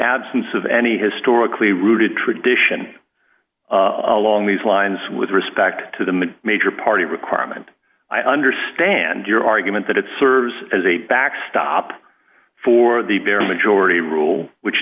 absence of any historically rooted tradition along these lines with respect to the major party requirement i understand your argument that it serves as a backstop for the bare majority rule which